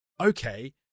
Okay